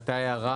עלתה הערה,